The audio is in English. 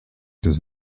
does